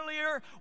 earlier